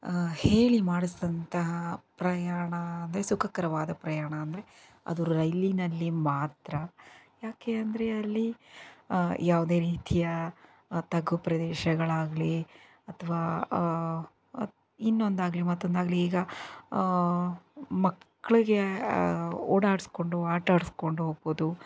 ಹೇಳಿ ಮಾಡ್ಸಿದಂಥ ಪ್ರಯಾಣ ಸುಖಕರವಾದ ಪ್ರಯಾಣ ಅಂದರೆ ಅದು ರೈಲಿನಲ್ಲಿ ಮಾತ್ರ ಯಾಕೆ ಅಂದರೆ ಅಲ್ಲಿ ಯಾವುದೇ ರೀತಿಯ ತಗ್ಗು ಪ್ರದೇಶಗಳಾಗ್ಲಿ ಅಥವಾ ಇನ್ನೊಂದಾಗ್ಲಿ ಮತ್ತೊಂದಾಗ್ಲಿ ಈಗ ಮಕ್ಕಳಿಗೆ ಓಡಾಡಿಸ್ಕೊಂಡು ಆಟಾಡಿಸ್ಕೊಂಡು ಹೋಗ್ಬೋದು